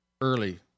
early